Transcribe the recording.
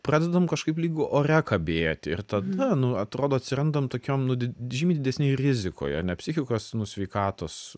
pradedam kažkaip lyg ore kabėti ir tada nu atrodo atsirandam tokiom nu di žymiai didesnėj rizikoj ane psichikos nu sveikatos